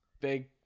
Big